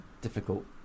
difficult